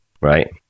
Right